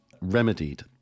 remedied